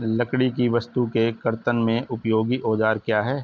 लकड़ी की वस्तु के कर्तन में उपयोगी औजार क्या हैं?